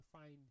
find